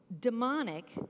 demonic